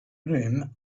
urim